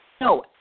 No